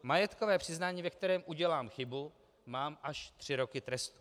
Za majetkové přiznání, ve kterém udělám chybu, mám až tři roky trest.